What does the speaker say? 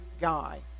guy